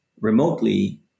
remotely